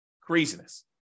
Craziness